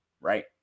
right